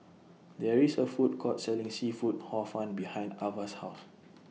There IS A Food Court Selling Seafood Hor Fun behind Avah's House